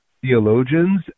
theologians